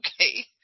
Okay